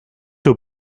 too